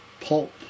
pulp